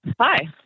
Hi